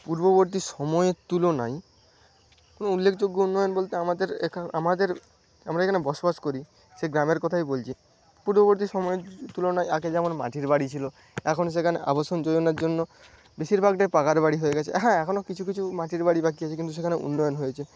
পূর্ববর্তী সময়ের তুলনায় উল্লেখযোগ্য উন্নয়ন বলতে আমাদের এখান আমাদের আমরা এখানে বসবাস করি সেই গ্রামের কথাই বলছি পূর্ববর্তী সময়ের তুলনায় আগে যেমন মাটির বাড়ি ছিল এখন সেখানে আবাসন যোজনার জন্য বেশিরভাগটাই পাকা বাড়ি হয়ে গেছে হ্যাঁ এখনও কিছু কিছু মাটির বাড়ি বাকি আছে কিন্তু সেখানে উন্নয়ন হয়েছে